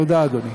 תודה, אדוני.